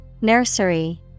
nursery